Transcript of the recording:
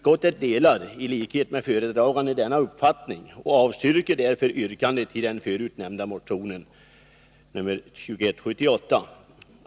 Med hänsyn härtill yrkar jag avslag på reservationerna 8 och 9.